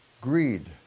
Greed